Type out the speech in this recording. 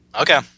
Okay